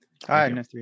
Hi